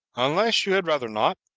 unless you had rather not,